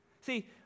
See